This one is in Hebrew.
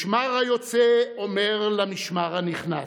"משמר היוצא אומר למשמר הנכנס: